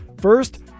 first